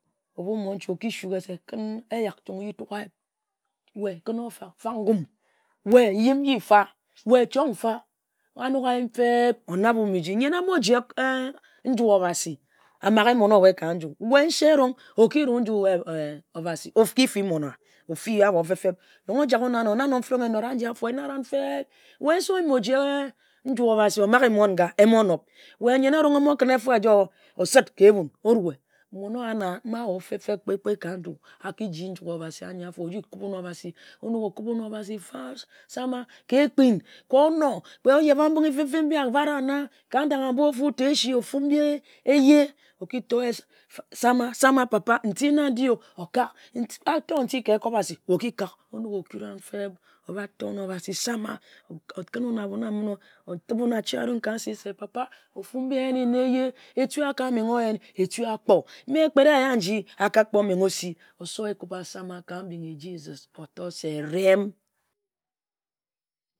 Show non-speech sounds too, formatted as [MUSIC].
Monche o-ki sughe-se, kǝn eju ching ayip, we, e kǝn ofak fak ngom. We yim nji-fa, we yim nna se. A nok ayim feb-nyen a-mo-ji nju Obasi amanghe mon-owe ka nju we nse eriong oki-ji nju Obasi, oki fi mon-owa, ofi abhofeb-feb na nong erong enare anji eki naronn Chen-Chen. Oyem o-ji nju Obasi, o-mag he mon-nga, emo nob. We nyen erong o-mo kǝn efo eja obo-me omaghe abon a-bho kpe-kpe ka nju, a ki ji nju Obasi, aji kub Obasi ka ekpin, ka onor ka oyeba mbing feb-feb, ka ebhat-rim nji abhat-ra na ta-ta-ta esi ofu mbi ehye. Oki tor se sama, sama papa nti na ndi-o, okak ator nti ka ekwa-basi-o-ki kak o-nok o-kura, feb, oba tor Obasi sama. O-kǝn-non abona-minn e, otip-bi-wun arun ka nsi se papa, ofu mbi eyenni na eyehye, etue a-ka yen, etue akpor, etue a-ka kpor menghe osi ehye, osowo ekuba ka-mbing Jesus eriem [UNINTELLIGIBLE]